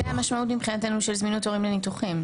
זו המשמעות מבחינתנו של זמינות תורים לניתוחים,